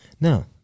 No